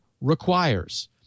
requires